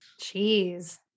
Jeez